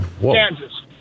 Kansas